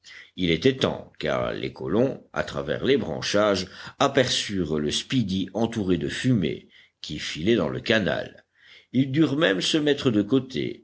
il était temps car les colons à travers les branchages aperçurent le speedy entouré de fumée qui filait dans le canal ils durent même se mettre de côté